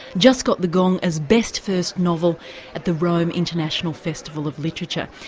just got the gong as best first novel at the rome international festival of literature,